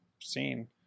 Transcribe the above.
seen